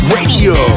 Radio